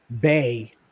bay